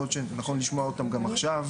יכול להיות שנכון לשמוע אותם גם עכשיו.